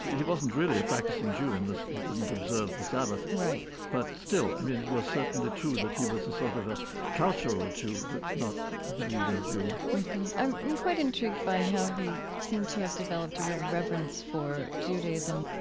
he wasn't really a practicing jew in that he didn't observe the sabbath. but still, i mean, it was certainly true that he was a sort of a cultural jew, but not a believing jew i'm quite intrigued by how he seemed to have developed a real reverence for judaism,